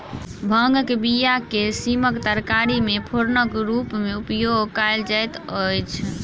भांगक बीया के सीमक तरकारी मे फोरनक रूमे उपयोग कयल जाइत अछि